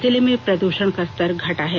जिले में प्रदूषण का स्तर घटा है